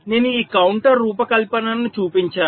నేను ఈ కౌంటర్ రూపకల్పనను చూపించాను